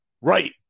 right